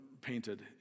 painted